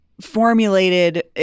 formulated